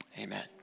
Amen